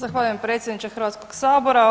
Zahvaljujem predsjedniče Hrvatskog sabora.